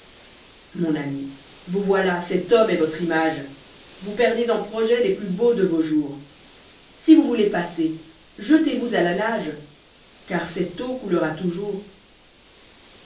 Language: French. mon ami vous voîlâ cet homme est votre image vous perdez en projets les plus beaux de vos jours sa vous voulez passer jetez-vous à la nage j car eette eau coujera toujours